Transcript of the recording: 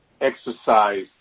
exercise